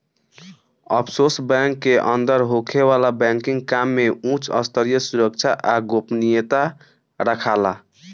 offshore bank के अंदर होखे वाला बैंकिंग काम में उच स्तरीय सुरक्षा आ गोपनीयता राखाला